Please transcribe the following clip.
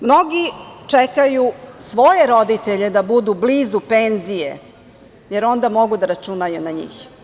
Mnogi čekaju svoje roditelje da budu blizu penzije, jer onda mogu da računaju na njih.